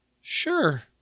Sure